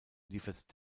liefert